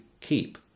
keep